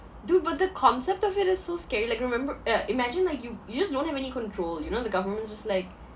dude but the concept of it is so scary like remember uh imagine like you you just don't have any control you know the government is just like